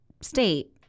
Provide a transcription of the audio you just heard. state